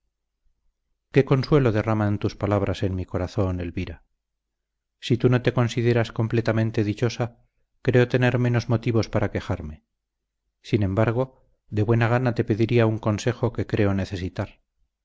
qué consuelo derraman tus palabras en mi corazón elvira sí tú no te consideras completamente dichosa creo tener menos motivos para quejarme sin embargo de buena gana te pediría un consejo que creo necesitar